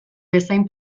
bezain